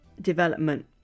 development